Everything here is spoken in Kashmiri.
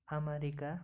اَمَریٖکہ